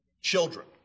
Children